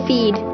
Feed